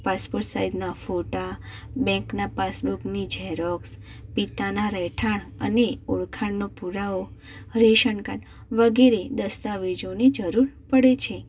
passport સાઇઝના ફોટા બેંકના પાસબુકની જેરોક્સ પિતાના રહેઠાણ અને ઓળખાણનો પુરાવો રેશન કાર્ડ વગેરે દસ્તાવેજોની જરૂર પડે છે